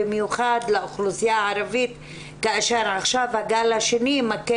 במיוחד לאוכלוסייה הערבית כאשר עכשיו הגל השני מכה